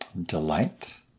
delight